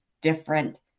different